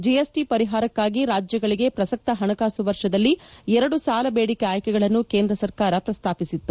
GST ಪರಿಹಾರಕ್ಕಾಗಿ ರಾಜ್ಯಗಳಿಗೆ ಪ್ರಸಕ್ತ ಹಣಕಾಸು ವರ್ಷದಲ್ಲಿ ಎರಡು ಸಾಲ ಬೇಡಿಕೆ ಆಯ್ಕೆಗಳನ್ನು ಕೇಂದ್ರ ಸರ್ಕಾರ ಪ್ರಸ್ತಾಪಿಸಿತ್ತು